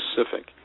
specific